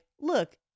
Look